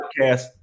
podcast